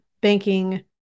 banking